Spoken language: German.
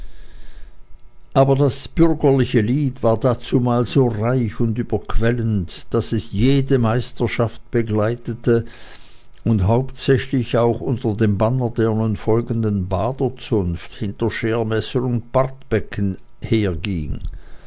aber das bürgerliche lied war dazumal so reich und überquellend daß es jede meisterschaft begleitete und hauptsächlich auch unter dem banner der nun folgenden baderzunft hinter schermesser und bartbecken herging